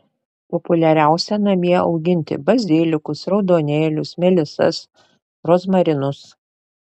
populiariausia namie auginti bazilikus raudonėlius melisas rozmarinus